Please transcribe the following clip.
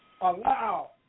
Allow